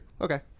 Okay